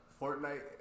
Fortnite